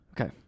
Okay